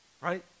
Right